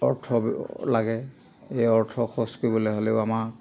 অৰ্থ লাগে এই অৰ্থ খৰচ কৰিবলৈ হ'লেও আমাৰ